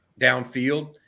downfield